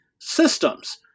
systems